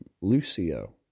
Lucio